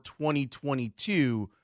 2022